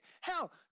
Hell